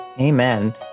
Amen